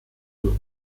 dut